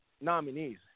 nominees